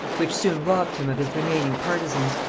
which soon robbed him of his remaining partisans,